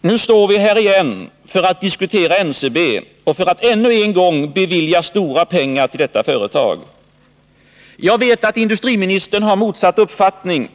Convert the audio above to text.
Nu står vi här igen för att diskutera NCB och för att ännu en gång bevilja stora pengar till detta företag. Jag vet att industriministern har motsatt uppfattning,